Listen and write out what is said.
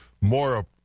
more